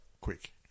quick